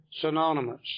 synonymous